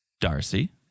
Darcy